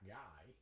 guy